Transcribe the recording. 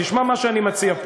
תשמע מה שאני מציע פה.